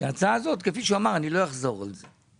שההצעה הזאת, כפי שהוא אמר, אני לא אחזור על זה.